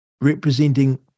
representing